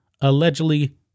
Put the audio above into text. Allegedly